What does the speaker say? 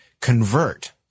convert